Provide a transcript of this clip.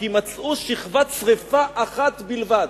כי מצאו שכבת שרפה אחת בלבד.